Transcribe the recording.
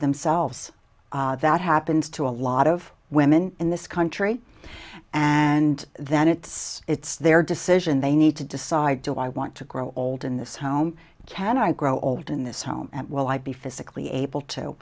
themselves that happens to a lot of women in this country and then it's it's their decision they need to decide do i want to grow old in this home can i grow old in this home and will i be physically able to